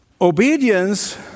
Obedience